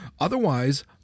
otherwise